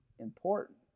important